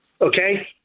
okay